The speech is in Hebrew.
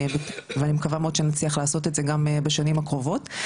ואני מקווה שנצליח לעשות את זה בשנים הקרובות.